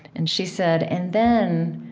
and she said, and then